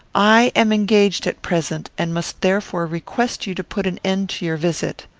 i am engaged at present, and must therefore request you to put an end to your visit.